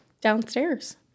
downstairs